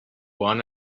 one